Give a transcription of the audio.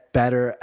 better